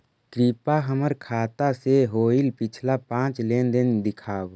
कृपा हमर खाता से होईल पिछला पाँच लेनदेन दिखाव